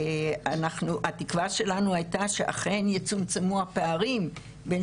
התקווה שלנו הייתה שאכן יצומצמו הפערים בין